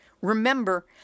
Remember